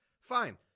fine